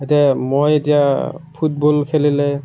এতিয়া মই এতিয়া ফুটবল খেলিলে